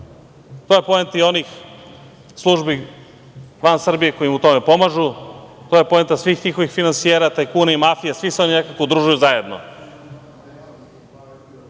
To je poenta i onih službi van Srbije koje im u tome pomažu. To je poenta svih njihovih finansijera, tajkuna i mafije, svi se oni nekako udružuju zajedno.